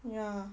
ya